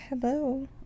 hello